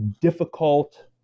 difficult